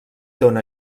dóna